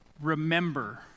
remember